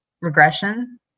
regression